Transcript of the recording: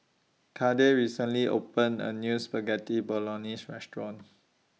Cade recently opened A New Spaghetti Bolognese Restaurant